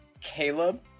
Caleb